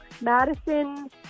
Madison